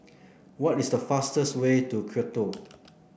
what is the fastest way to Quito